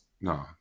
no